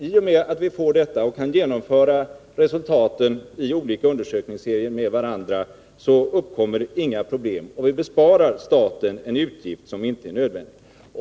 I och med att vi får detta och kan jämföra resultaten av olika undersökningar med varandra uppkommer inga problem, och vi besparar staten en utgift som inte är nödvändig.